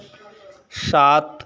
सात